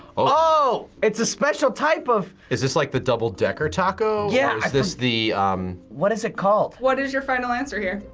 oh, it's a special type of is this like the double decker taco? yeah. is this the what is it called? what is your final answer here?